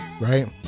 right